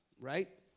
Right